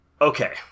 Okay